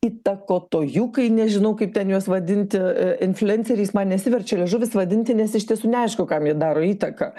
įtakotojukai nežinau kaip ten juos vadinti infliuenceriais man nesiverčia liežuvis vadinti nes iš tiesų neaišku kam jie daro įtaką